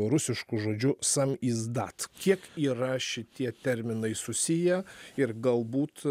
rusišku žodžiu samizdat kiek yra šitie terminai susiję ir galbūt